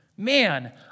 Man